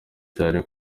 cyane